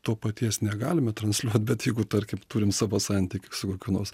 to paties negalime transliuot bet jeigu tarkim turim savo santykį su kokiu nors